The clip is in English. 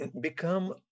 become